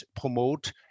promote